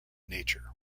nature